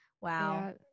Wow